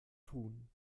tun